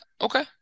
okay